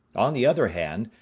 on the other hand,